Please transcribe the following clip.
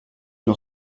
nur